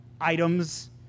items